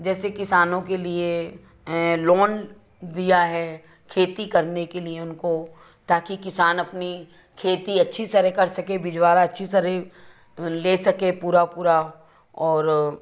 जैसे किसानों के लिए लोन दिया है खेती करने के लिए उनको ताकि किसान अपनी खेती अच्छी तरह कर सके भीजवाड़ा अच्छी तरह ले सके पूरा पूरा और